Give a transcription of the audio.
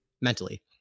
mentally